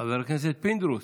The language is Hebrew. חבר הכנסת פינדרוס,